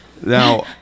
now